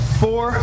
four